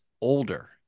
older